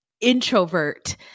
introvert